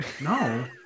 No